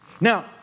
Now